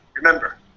Remember